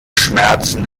schmerzen